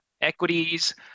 equities